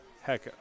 Heck